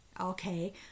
Okay